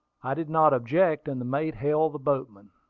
i did not object, and the mate hailed the boatman.